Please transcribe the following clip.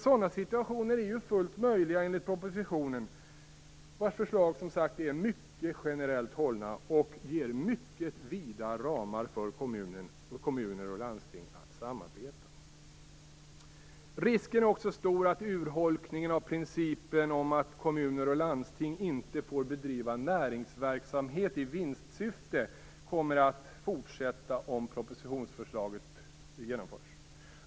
Sådana situationer är ju fullt möjliga enligt propositionen, vars förslag är mycket generellt hållna och ger mycket vida ramar för kommuner och landsting att samarbeta. Risken är också stor att urholkningen av principen om att kommuner och landsting inte får bedriva näringsverksamhet i vinstsyfte kommer att fortsätta om propositionsförslaget genomförs.